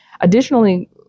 Additionally